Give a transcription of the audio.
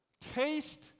taste